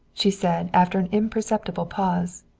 she said after an imperceptible pause.